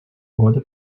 угоди